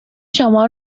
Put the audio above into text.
شما